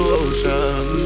ocean